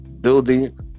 building